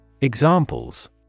Examples